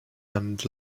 and